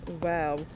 Wow